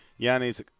Yannis